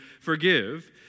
forgive